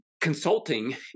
consulting